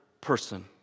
person